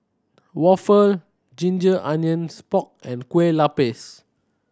waffle ginger onions pork and Kueh Lupis